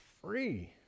free